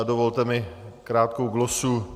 Dovolte mi krátkou glosu.